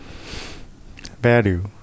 value